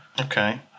Okay